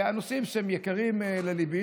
הנושאים שהם יקרים לליבי,